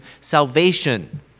salvation